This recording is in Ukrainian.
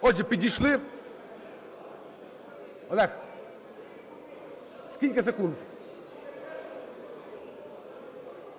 Отже, підійшли? Олег? Скільки секунд?